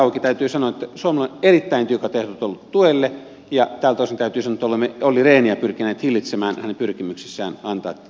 täytyy sanoa että suomella on erittäin tiukat ehdot ollut tuelle ja tältä osin täytyy sanoa että olemme olli rehniä pyrkineet hillitsemään hänen pyrkimyksissään antaa tätä tukea